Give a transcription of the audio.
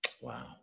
Wow